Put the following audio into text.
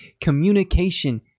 communication